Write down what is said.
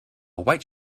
white